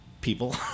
people